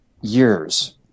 years